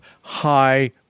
high